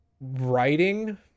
writing